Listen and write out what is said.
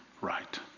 Right